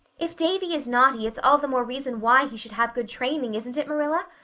if davy is naughty it's all the more reason why he should have good training, isn't it, marilla?